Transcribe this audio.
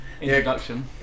Introduction